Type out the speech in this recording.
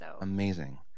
Amazing